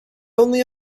only